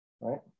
right